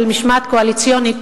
של משמעת קואליציונית,